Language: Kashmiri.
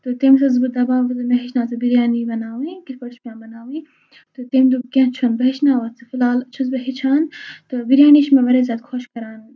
تہٕ تٔمِس چھَس بہٕ دپان مےٚ ہیٚچھناو ژٕ بِریانی بَناونۍ کِتھٕ پٲٹھۍ چھِ مےٚ بَناوٕنۍ تہٕ تٔمۍ دوٚپ کیٚنٛہہ چھُنہٕ بہٕ ہیٚچھناوتھ ژٕ فِلحال چھُس بہٕ ہیٚچھان تہٕ بِریانی چھِ مےٚ واریاہ زیادٕ خۄش کَران